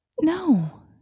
no